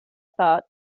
thought